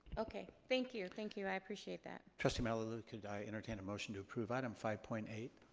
okay. thank you, thank you, i appreciate that. trustee malauulu, could i entertain a motion to approve item five point eight?